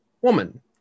woman